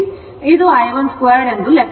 ಇದು i1 2 ಎಂದು ಲೆಕ್ಕ ಹಾಕಬಹುದು